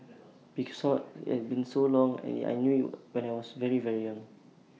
because IT had been so long and I knew IT when I was very very young